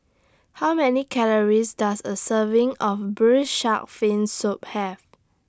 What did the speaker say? How Many Calories Does A Serving of Braised Shark Fin Soup Have